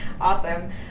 Awesome